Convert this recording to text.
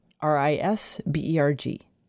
R-I-S-B-E-R-G